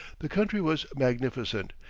the country was magnificent,